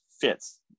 fits